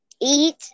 eat